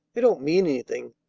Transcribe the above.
they don't mean anything.